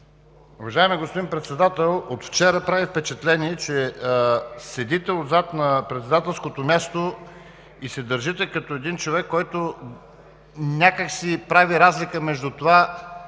Уважаеми господин Председател, от вчера прави впечатление, че седите отзад на председателското място и се държите като човек, който някак си прави разлика между това